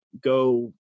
go